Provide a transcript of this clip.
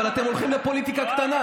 אבל אתם הולכים לפוליטיקה קטנה,